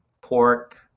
pork